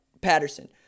Patterson